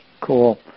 Cool